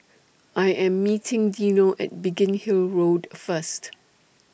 I Am meeting Dino At Biggin Hill Road First